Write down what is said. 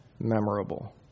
memorable